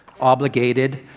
obligated